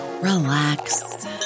relax